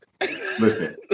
Listen